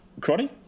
Crotty